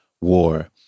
War